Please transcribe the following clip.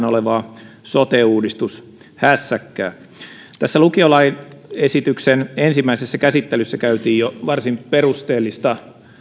olevaa sote uudistushässäkkää tämän lukiolakiesityksen ensimmäisessä käsittelyssä käytiin jo varsin perusteellista